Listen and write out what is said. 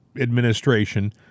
administration